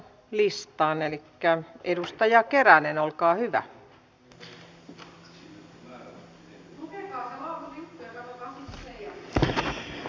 elikkä edustaja keränen olkaa hyvä